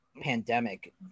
pandemic